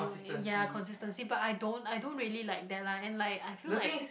ya consistency but I don't I don't really like that lah and like I feel like